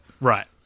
Right